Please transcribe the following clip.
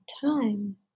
time